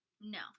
No